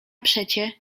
przecie